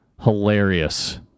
Hilarious